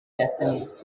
destinies